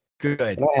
Good